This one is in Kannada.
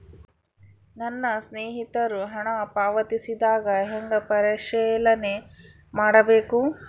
ನನ್ನ ಸ್ನೇಹಿತರು ಹಣ ಪಾವತಿಸಿದಾಗ ಹೆಂಗ ಪರಿಶೇಲನೆ ಮಾಡಬೇಕು?